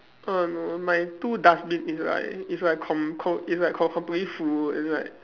um my two dustbin it's like it's like com~ com~ it's like com~ completely full it's like